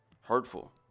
hurtful